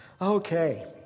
Okay